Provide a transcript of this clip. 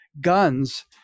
guns